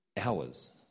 hours